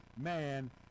man